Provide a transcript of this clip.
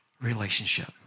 relationship